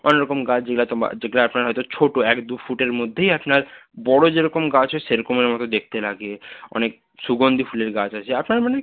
অনেক রকম গাছ যেগুলো হয়তো মা যেগুলো আপনার হয়তো ছোট এক দু ফুটের মধ্যেই আপনার বড় যে রকম গাছ হয় সেরকমের মতো দেখতে লাগে অনেক সুগন্ধি ফুলের গাছ আছে আপনার মানে